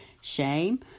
shame